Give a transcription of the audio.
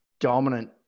Dominant